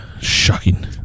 Shocking